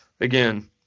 again